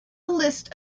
list